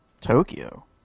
tokyo